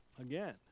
again